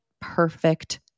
perfect